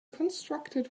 constructed